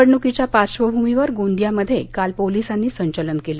निवडणुकीच्या पार्श्वभूमीवर गोंदियामध्ये काल पोलिसांनी संचलन केलं